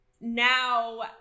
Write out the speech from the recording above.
Now